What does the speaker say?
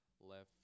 left